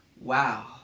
Wow